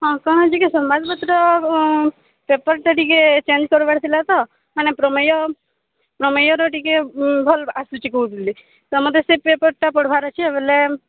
ହଁ କ'ଣ ହେଇଛିକି ସମ୍ବାଦ ପତ୍ର ପେପର୍ଟା ଟିକେ ଚେଞ୍ଜ୍ କର୍ବାର୍ ଥିଲା ତ ମାନେ ପ୍ରମୟ ପ୍ରମୟର ଟିକେ ଭଲ୍ ଆସୁଚି କହୁଥିଲି ତ ମତେ ସେ ପେପର୍ଟା ପଢ଼୍ବାର୍ ଅଛେ ବେଲେ